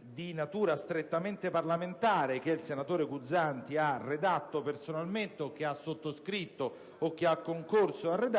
di natura strettamente parlamentare, che il senatore Guzzanti ha redatto personalmente o che ha sottoscritto o che ha concorso a redigere.